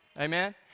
Amen